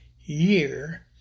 year